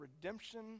redemption